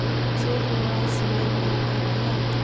ᱪᱮᱫ ᱱᱚᱣᱟ ᱥᱤᱱᱮᱢᱟ ᱵᱷᱟᱹᱜᱤᱭᱟ